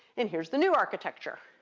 and here's the new architecture.